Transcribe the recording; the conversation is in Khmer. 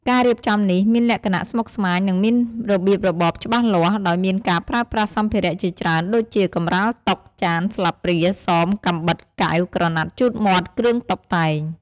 ការរៀបចំនេះមានលក្ខណៈស្មុគស្មាញ និងមានរបៀបរបបច្បាស់លាស់ ដោយមានការប្រើប្រាស់សម្ភារៈជាច្រើនដូចជា កម្រាលតុ ចាន ស្លាបព្រា សម កាំបិត កែវ ក្រណាត់ជូតមាត់ គ្រឿងតុបតែង។